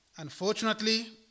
Unfortunately